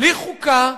בלי חוקה,